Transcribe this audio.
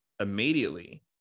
immediately